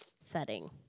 setting